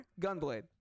Gunblade